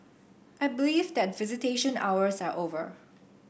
I believe that visitation hours are over